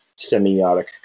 semiotic